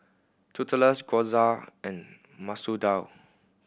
Tortillas Gyoza and Masoor Dal